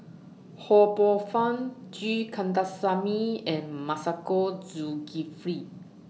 Ho Poh Fun G Kandasamy and Masagos Zulkifli